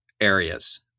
areas